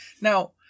Now